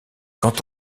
quand